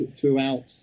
throughout